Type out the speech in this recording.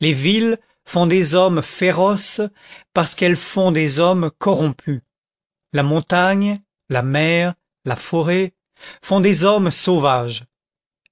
les villes font des hommes féroces parce qu'elles font des hommes corrompus la montagne la mer la forêt font des hommes sauvages